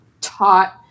taught